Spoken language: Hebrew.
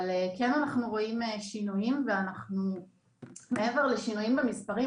אבל כן אנחנו רואים שינויים ואנחנו מעבר לשינויים במספרים,